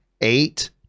eight